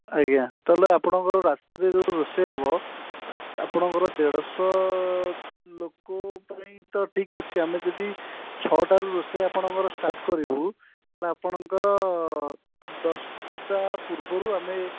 ଆଜ୍ଞା ତା'ହେଲେ ଆପଣଙ୍କର ରାତିରେ ଯେଉଁ ରୋଷେଇ ହେବ ଆପଣଙ୍କର ଦେଢ଼ଶହ ଲୋକ ପାଇଁ ତ ଠିକ୍ ଅଛି ଆମେ ଯଦି ଛଅଟାରେ ରୋଷେଇ ଆପଣଙ୍କର ଷ୍ଟାର୍ଟ୍ କରିବୁ ତା'ହେଲେ ଆପଣଙ୍କର ଦଶଟା ପୂର୍ବରୁ ଆମେ